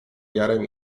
jarem